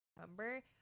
number